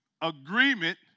agreement